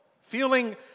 feeling